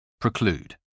Preclude